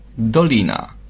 dolina